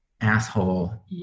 asshole